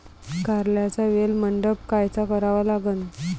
कारल्याचा वेल मंडप कायचा करावा लागन?